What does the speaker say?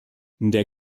der